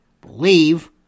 believe